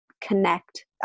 connect